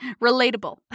Relatable